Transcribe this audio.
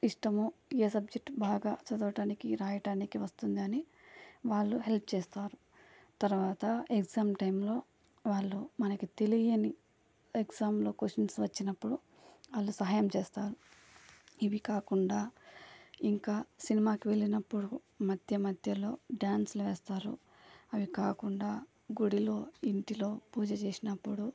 ఇష్టము ఏ సబ్జెక్టు బాగా చదవటానికి రాయటానికి వస్తుందని వాళ్ళు హెల్ప్ చేస్తారు తర్వాత ఎగ్జామ్ టైంలో వాళ్ళు మనకు తెలియని ఎగ్జామ్లో కొషన్స్ వచ్చినప్పుడు వాళ్ళు సహాయం చేస్తాను ఇవి కాకుండా ఇంకా సినిమాకి వెళ్ళినప్పుడు మధ్య మధ్యలో డ్యాన్సులు వేస్తారు అవి కాకుండా గుడిలో ఇంటిలో పూజ చేసినప్పుడు